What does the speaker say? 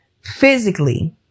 physically